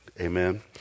amen